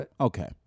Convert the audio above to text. okay